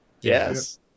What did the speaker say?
Yes